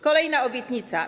Kolejna obietnica.